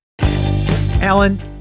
Alan